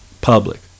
public